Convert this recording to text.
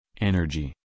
energy